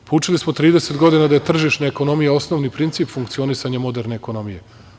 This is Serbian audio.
Učili smo trideset godina da je tržišna ekonomija osnovni princip funkcionisanja moderne ekonomije.